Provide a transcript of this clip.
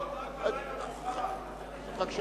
לדבר אל הקירות רק בלילה מאוחר,